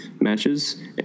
matches